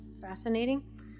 fascinating